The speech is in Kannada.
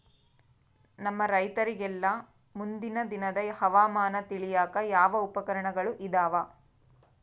ನಮ್ಮ ರೈತರಿಗೆಲ್ಲಾ ಮುಂದಿನ ದಿನದ ಹವಾಮಾನ ತಿಳಿಯಾಕ ಯಾವ ಉಪಕರಣಗಳು ಇದಾವ?